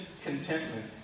contentment